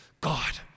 God